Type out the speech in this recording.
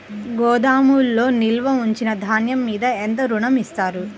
గోదాములో నిల్వ ఉంచిన ధాన్యము మీద ఎంత ఋణం ఇస్తారు?